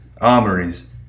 armories